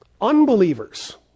unbelievers